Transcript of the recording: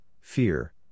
fear